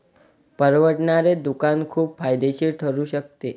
परवडणारे दुकान खूप फायदेशीर ठरू शकते